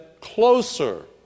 closer